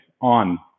on